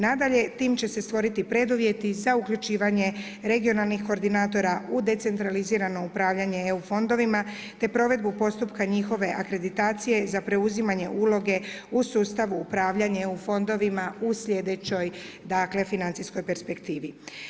Nadalje, tim će se stvoriti preduvjeti za uključivanje regionalnih koordinatora u decentralizirano upravljanje EU fondovima, te provedbu postupku njihove akreditacije, za preuzimanje uloge u sustavu upravljanje EU fondovima u sljedećoj financijskoj perspektivi.